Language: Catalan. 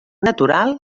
natural